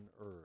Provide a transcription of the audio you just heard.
earth